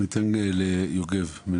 ניתן ליוגב.